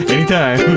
Anytime